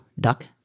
duck